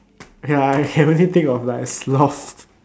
ya I can only think of like sloth